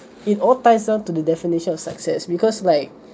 it all ties down to the definition of success because like